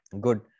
Good